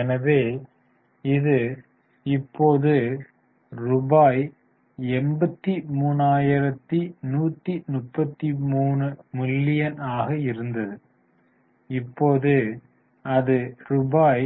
எனவே இது இப்போது ரூபாய் 83133 மில்லியன் ஆக இருந்தது இப்போது ரூபாய்